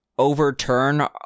Overturn